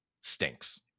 stinks